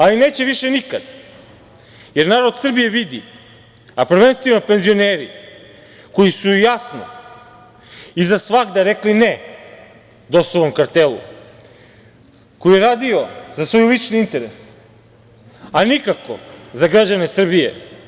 Ali, neće više nikad, jer narod Srbije vidi, a prvenstveno penzioneri, koji su jasno i za svagda rekli ne, DOS-ovom kartelu, koji je radio za svoj lični interes, a nikako za građane Srbije.